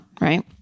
right